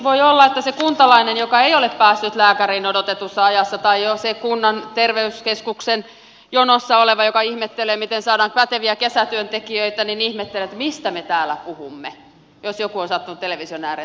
voi olla että se kuntalainen joka ei ole päässyt lääkäriin odotetussa ajassa tai se kunnan terveyskeskuksen jonossa oleva joka ihmettelee miten saadaan päteviä kesätyöntekijöitä ihmettelee mistä me täällä puhumme jos on sattunut television ääreen tulemaan